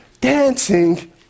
dancing